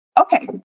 Okay